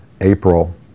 April